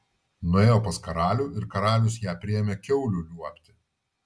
nuėjo pas karalių ir karalius ją priėmė kiaulių liuobti